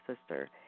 sister